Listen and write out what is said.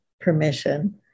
permission